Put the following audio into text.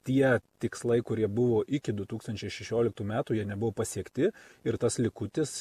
tie tikslai kurie buvo iki du tūkstančiai šešioliktų metų jie nebuvo pasiekti ir tas likutis